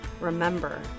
Remember